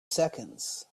seconds